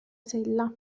sella